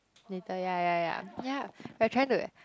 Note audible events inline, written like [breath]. later ya ya ya ya we're trying to [breath]